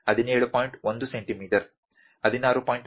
1 centimetre 16